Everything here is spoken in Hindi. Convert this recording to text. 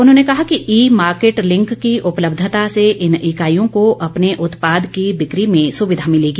उन्होंने कहा कि ई मार्किट लिंक की उपलब्यता से इन इकाईयों को अपने उत्पाद की बिक्री में सुविधा मिलेगी